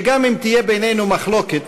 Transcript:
שגם אם תהיה בינינו מחלוקת,